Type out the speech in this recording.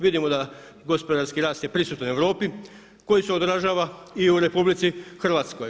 Vidimo da gospodarski rast je prisutan u Europi koji se održava i u RH.